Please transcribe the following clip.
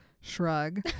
shrug